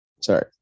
sorry